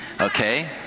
Okay